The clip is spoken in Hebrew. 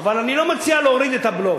אבל אני לא מציע להוריד את הבלוף,